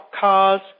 cars